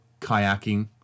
kayaking